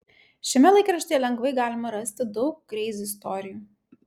šiame laikraštyje lengvai galima rasti daug kreizi istorijų